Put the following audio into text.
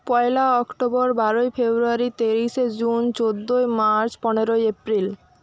পয়লা October বারোই February তেইশে June চোদ্দোই মার্চ পনেরোই এপ্রিল